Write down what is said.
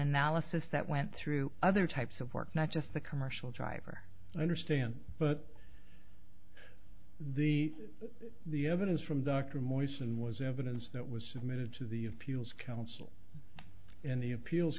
analysis that went through other types of work not just the commercial driver i understand but the the evidence from dr morrison was evidence that was submitted to the appeals council in the appeals